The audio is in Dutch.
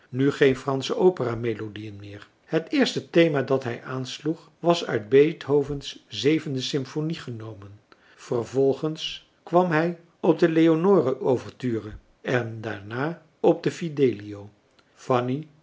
nu geen fransche opera melodieën meer het eerste thema dat hij aansloeg was uit beethovens zevende symphonie genomen vervolgens kwam hij op de leonore ouverture en daarna op de fidelio fanny